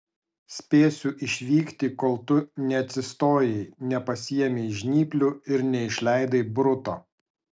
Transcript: spėsiu išvykti kol tu neatsistojai nepasiėmei žnyplių ir neišleidai bruto